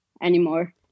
anymore